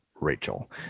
Rachel